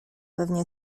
pewnie